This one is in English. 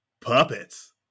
Puppets